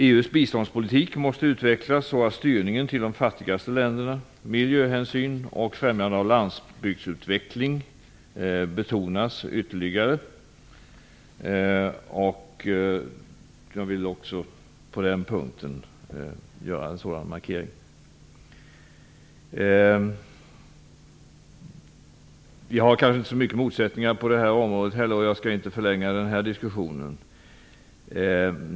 EU:s biståndspolitiska utveckling måste styras mot de fattigaste länderna. Miljöhänsyn och främjande av utvecklingen av landsbygden måste betonas ytterligare. Jag vill göra en sådan markering på den punkten. Vi har inte så mycket motsättningar på det här området. Jag skall inte förlänga den här diskussionen.